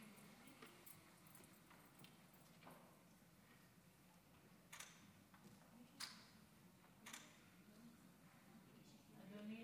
אדוני